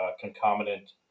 concomitant